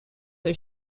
were